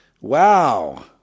Wow